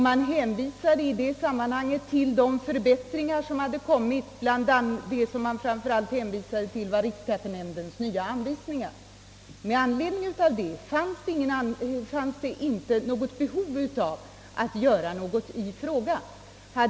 Man hänvisade bara till de förbättringar som gjorts, främst riksskattenämndens nya anvisningar, Därför fann man inget behov föreligga att göra något åt denna sak.